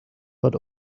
but